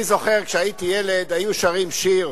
אני זוכר, כשהייתי ילד, היו שרים שיר: